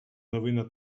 новина